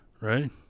Right